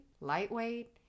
lightweight